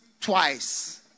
twice